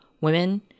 women